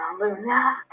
Luna